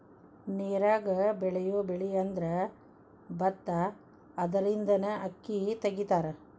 ನೇರಾಗ ಬೆಳಿಯುವ ಬೆಳಿಅಂದ್ರ ಬತ್ತಾ ಅದರಿಂದನ ಅಕ್ಕಿ ತಗಿತಾರ